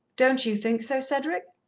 don't you think so, cedric?